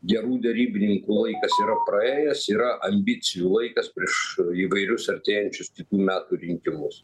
gerų derybininkų laikas yra praėjęs yra ambicijų laikas prieš įvairius artėjančius metų rinkimus